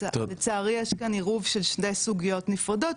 לצערי יש כאן ערוב של שתי סוגיות נפרדות,